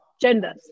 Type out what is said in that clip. genders